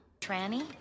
Tranny